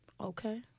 Okay